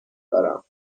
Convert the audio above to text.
دارم